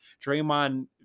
draymond